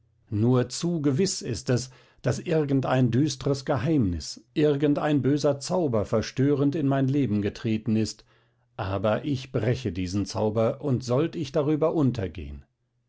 nur zu gewiß ist es daß irgendein düstres geheimnis irgendein böser zauber verstörend in mein leben getreten ist aber ich breche diesen zauber und sollt ich darüber untergehen